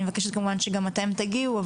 אני מבקשת כמובן שגם אתם תגיעו,